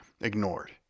ignored